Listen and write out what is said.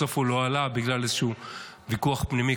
בסוף הוא לא עלה בגלל איזשהו ויכוח פנימי,